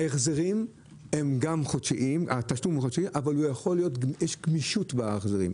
ההחזרים הם גם חודשיים, אבל יש גמישות בהחזרים.